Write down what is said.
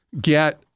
get